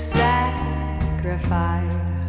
sacrifice